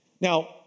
Now